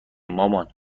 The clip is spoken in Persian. مامان